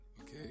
okay